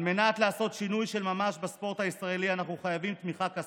על מנת לעשות שינוי של ממש בספורט הישראלי אנחנו חייבים תמיכה כספית,